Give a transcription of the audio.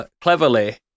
cleverly